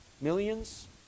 millions